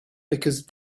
because